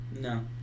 No